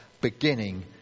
beginning